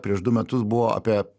prieš du metus buvo apie